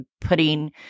putting